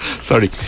sorry